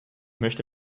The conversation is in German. möchte